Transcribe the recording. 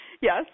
Yes